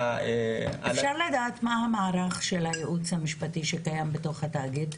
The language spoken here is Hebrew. --- אפשר לדעת מה המערך של הייעוץ המשפטי שקיים בתוך התאגיד?